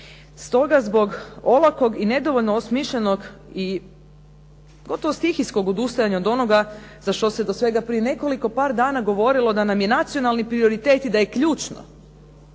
Stoga zbog olakog i nedovoljno osmišljenog i gotovo stihijskog odustajanja od onoga za što se do svega prije nekoliko par dana govorilo da nam je nacionalni prioritet i da je ključno